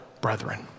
Brethren